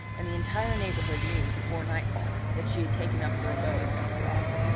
and the entire neighbourhood knew before nightfall that she had taken up her abode at the rock.